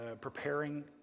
preparing